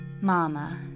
Mama